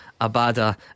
Abada